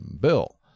Bill